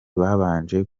babanje